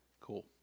cool